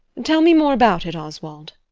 tell me more about it, oswald.